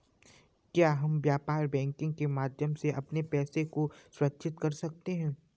क्या हम व्यापार बैंकिंग के माध्यम से अपने पैसे को सुरक्षित कर सकते हैं?